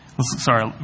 sorry